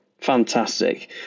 Fantastic